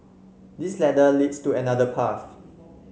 this ladder leads to another path